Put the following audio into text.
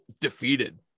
defeated